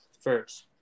first